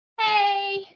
Hey